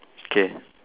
K